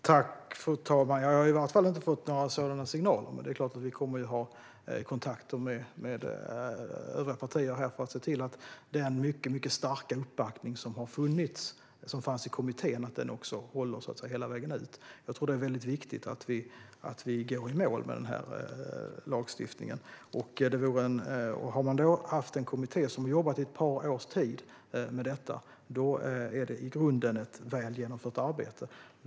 Fru talman! Jag har i varje fall inte fått några sådana signaler. Vi kommer att ha kontakt med övriga partier för att se till att den starka uppbackning som har funnits och som fanns i kommittén håller hela vägen fram. Jag tror att det är viktigt att vi går i mål med denna lagstiftning. Om man har haft en kommitté som har jobbat i ett par års tid med detta är det i grunden ett väl genomfört arbete.